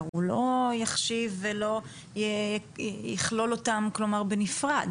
הוא לא יחשיב ולא יכלול אותם בנפרד,